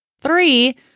three